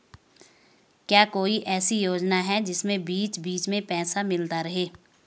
क्या कोई ऐसी योजना है जिसमें बीच बीच में पैसा मिलता रहे?